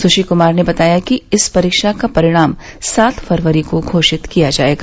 सुश्री कूमार ने बताया कि इस परीक्षा का परिणाम सात फरवरी को घोषित किया जायेगा